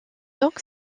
donc